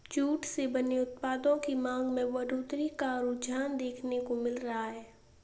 jute से बने उत्पादों की मांग में बढ़ोत्तरी का रुझान देखने को मिल रहा है